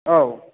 औ